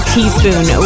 Teaspoon